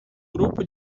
grupo